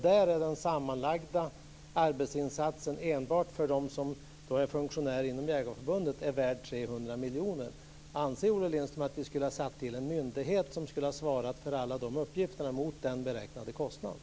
Där är den sammanlagda arbetsinsatsen enbart för dem som är funktionärer inom Jägareförbundet värd 300 miljoner kronor. Anser Olle Lindström att vi skulle ha tillsatt en myndighet som skulle ha svarat för alla de uppgifterna mot den beräknade kostnaden?